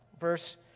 Verse